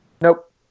Nope